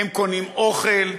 הם קונים אוכל?